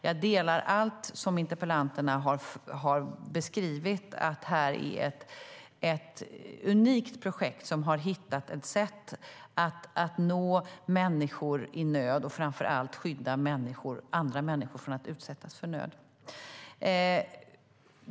Jag delar allt som interpellanterna har beskrivit. Här är ett unikt projekt där man har hittat ett sätt att nå människor i nöd och framför allt att skydda andra människor från att utsättas från nöd.